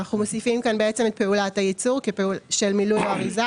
אנו מוסיפים כאן את פעולת הייצור של מילוי האריזה